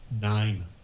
Nine